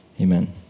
Amen